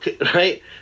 right